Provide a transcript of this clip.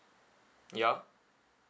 yup